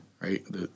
right